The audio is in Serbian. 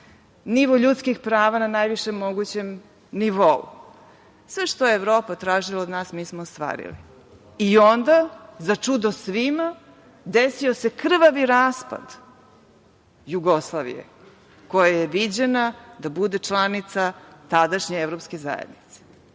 nivo ljudskih prava na najvišem mogućem nivou. Sve što je Evropa tražila od nas, mi smo ostvarili i onda za čudo svima desio se krvavi raspad Jugoslavije koja je viđena da bude članica tadašnje Evropske zajednice.